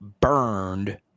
burned